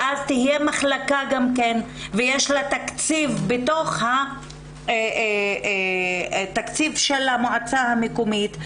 ואז תהיה מחלקה ויהיה לה תקציב כחלק מתקציב המועצה המקומית,